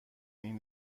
این